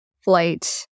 flight